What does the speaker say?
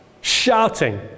Shouting